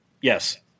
Yes